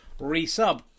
resub